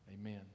Amen